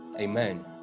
Amen